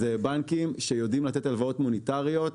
אלה בנקים שיודעים לתת הלוואות מוניטריות,